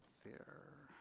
there.